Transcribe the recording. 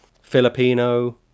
Filipino